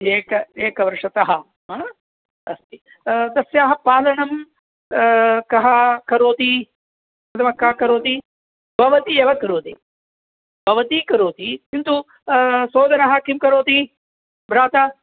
एक एकवर्षतः हा अस्ति तस्याः पालनं कः करोति अथवा का करोति भवती एव करोति भवती करोति किन्तु सहोदरः किं करोति भ्राता